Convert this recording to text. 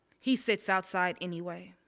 he sits outside anyway.